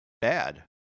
Bad